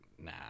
nah